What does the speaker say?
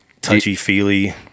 touchy-feely